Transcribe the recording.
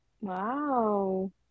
wow